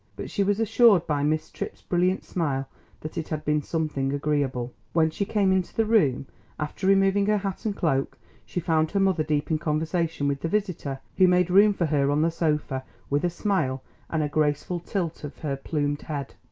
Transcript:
but she was assured by miss tripp's brilliant smile that it had been something agreeable. when she came into the room after removing her hat and cloak she found her mother deep in conversation with the visitor, who made room for her on the sofa with a smile and a graceful tilt of her plumed head.